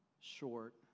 short